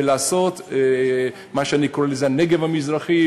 ולעשות מה שאני קורא לזה הנגב המזרחי,